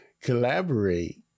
collaborate